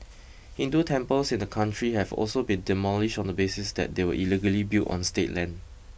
Hindu temples in the country have also been demolished on the basis that they were illegally built on state land